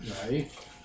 Right